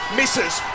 misses